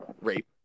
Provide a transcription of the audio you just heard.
rape